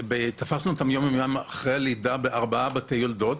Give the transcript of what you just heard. תפסנו את הנשים האלה יום או יומיים אחרי הלידה בארבעה בתי יולדות,